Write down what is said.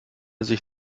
sich